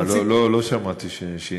אה, לא, לא שמעתי ששינית.